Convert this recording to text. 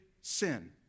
sin